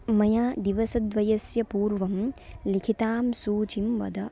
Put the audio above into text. मया दिवसद्वयस्य पूर्वं लिखितां सूचीं वद